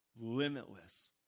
Limitless